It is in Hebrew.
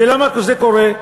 ולמה זה קורה?